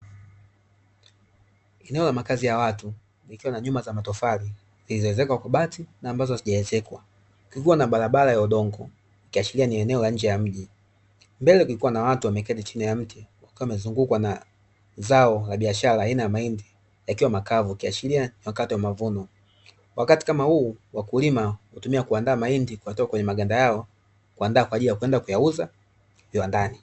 Eneo la makazi ya watu, likiwa na nyumba za matofali zilizoezekwa kwa bati na ambazo hazijaezekwa. Kukiwa na barabara ya udongo ikiashiria ni eneo la nje ya mji. Mbele kukiwa na watu wameketi chini ya mti, wakiwa wamezungukwa na zao la biashara aina ya mahindi yakiwa makavu, ikiashiria ni wakati wa mavuno. Wakati kama huu wakulima huutumia kuandaa mahindi kuyatoa kwenye maganda yao, kuandaa kwa ajili ya kwenda kuyauza viwandani.